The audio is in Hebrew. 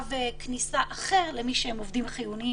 קו כניסה אחר למי שעובד חיוני,